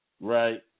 right